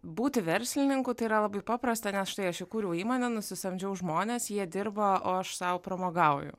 būti verslininku tai yra labai paprasta nes štai aš įkūriau įmonę nusisamdžiau žmones jie dirba o aš sau pramogauju